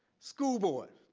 school board,